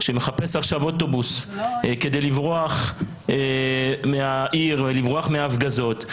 שמחפש עכשיו אוטובוס כדי לברוח מהעיר ולברוח מההפגזות,